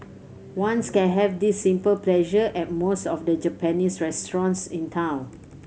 ones can have this simple pleasure at most of the Japanese restaurants in town